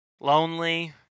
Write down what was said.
lonely